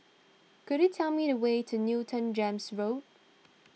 could you tell me the way to Newton Gems North